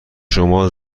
شما